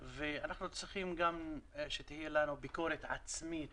ואנחנו צריכים שתהיה לנו ביקורת עצמית